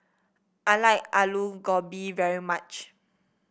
I like Aloo Gobi very much